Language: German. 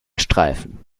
streifen